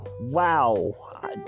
wow